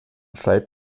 schreibt